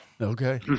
Okay